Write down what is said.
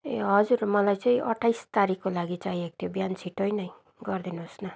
ए हजुर मलाई चाहिँ अट्ठाइस तारिकको लागि चाहिएको थियो बिहान छिटै नै गरिदिनु होस् न